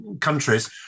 countries